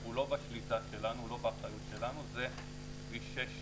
הוא לא בשליטה ובאחריות שלנו --- לא,